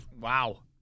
wow